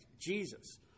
Jesus